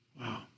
Wow